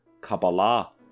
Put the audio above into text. kabbalah